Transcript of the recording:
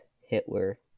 Hitler